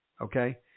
okay